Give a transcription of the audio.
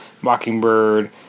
Mockingbird